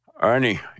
Ernie